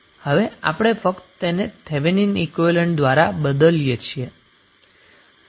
હવે આપણે ફક્ત તેને થેવેનિન ઈક્વીવેલેન્ટ દ્વારા બદલીએ છીએ